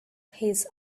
his